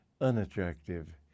unattractive